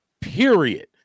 period